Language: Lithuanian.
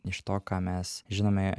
iš to ką mes žinome